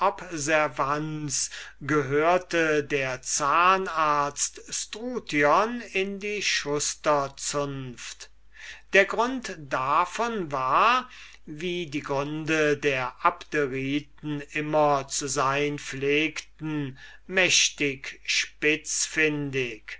observanz gehörte der zahnarzt struthion in die schusterzunft der grund davon war wie gründe der abderiten immer zu sein pflegten mächtig